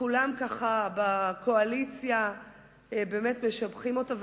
שכולם בקואליציה באמת משבחים אותו,